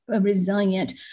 Resilient